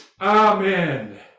Amen